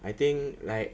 I think like